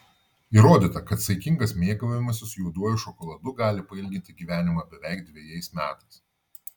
įrodyta kad saikingas mėgavimasis juoduoju šokoladu gali pailginti gyvenimą beveik dvejais metais